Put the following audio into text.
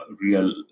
real